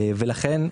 לכן,